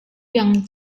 yang